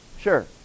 Sure